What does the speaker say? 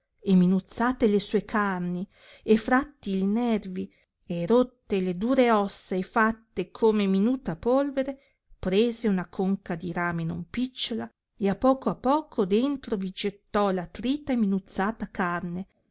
e minuzzate le sue carni e fratti li nervi e rotte le dure ossa e fatte come minuta polvere prese una conca di rame non picciola e a poco a poco dentro vi gettò la trita e minuzzata carne